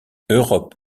europe